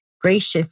gracious